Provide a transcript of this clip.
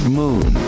moon